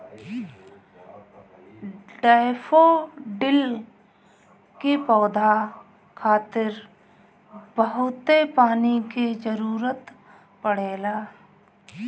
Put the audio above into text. daffodil के पौधा खातिर बहुते पानी के जरुरत पड़ेला